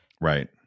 Right